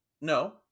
No